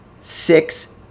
six